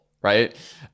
Right